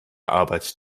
arbeit